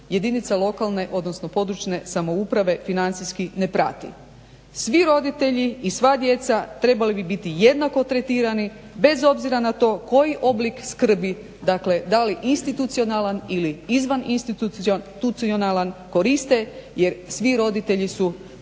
jedinica lokalne odnosno područne samouprave financijski ne prati. Svi roditelji i sva djeca trebali bi biti jednako tretirani bez obzira na to koji oblik skrbi dakle institucionalan ili izvaninstitucionalan koriste jer svi roditelji su